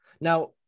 Now